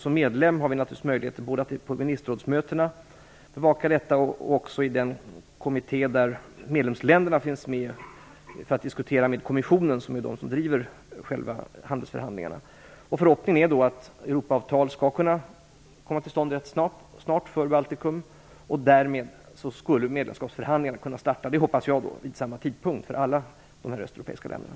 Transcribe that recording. Som medlem har vi naturligtvis möjligheter att bevaka detta på ministerrådsmötena och även i den kommitté där medlemsländerna finns med för att diskutera med kommissionen, som är den som driver själva handelsförhandlingarna. Förhoppningen är att Europaavtal skall kunna komma till stånd rätt snart för Baltikum. Därmed skulle medlemskapsförhandlingarna kunna starta. Det hoppas jag blir vid samma tidpunkt för alla de här östeuropeiska länderna.